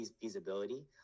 feasibility